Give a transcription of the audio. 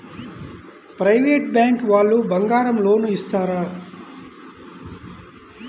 Private bank వాళ్ళు బంగారం loan ఇస్తారా?